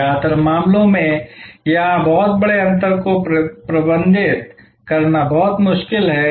ज्यादातर मामलों में यहां बहुत बड़े अंतर को प्रबंधित करना बहुत मुश्किल है